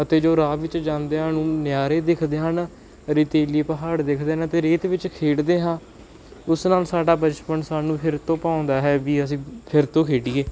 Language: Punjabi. ਅਤੇ ਜੋ ਰਾਹ ਵਿੱਚ ਜਾਂਦਿਆਂ ਨੂੰ ਨਜ਼ਾਰੇ ਦਿਖਦੇ ਹਨ ਰੇਤੀਲੇ ਪਹਾੜ ਦਿਖਦੇ ਨੇ ਅਤੇ ਰੇਤ ਵਿੱਚ ਖੇਡਦੇ ਹਾਂ ਉਸ ਨਾਲ ਸਾਡਾ ਬਚਪਨ ਸਾਨੂੰ ਫਿਰ ਤੋਂ ਭਾਉਂਦਾ ਹੈ ਵੀ ਅਸੀਂ ਫਿਰ ਤੋਂ ਖੇਡੀਏ